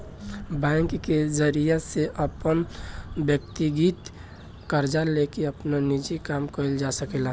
bank के जरिया से अपन व्यकतीगत कर्जा लेके आपन निजी काम कइल जा सकेला